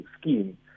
scheme